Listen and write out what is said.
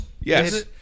Yes